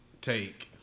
Take